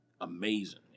amazing